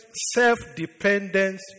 self-dependence